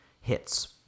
hits